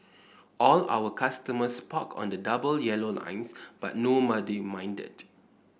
all our customers parked on the double yellow lines but nobody minded